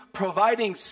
providing